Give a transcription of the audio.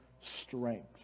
strength